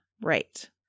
Right